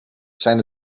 zijn